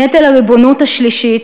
נטל הריבונות השלישית,